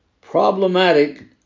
problematic